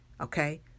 okay